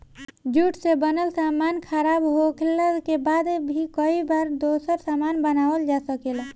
jute से बनल सामान खराब होखले के बाद भी कई बार दोसर सामान बनावल जा सकेला